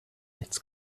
nichts